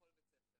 בכל בית ספר,